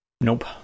nope